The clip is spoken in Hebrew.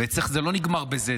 ואצלך זה לא נגמר בזה,